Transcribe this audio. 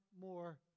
more